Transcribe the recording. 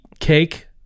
cake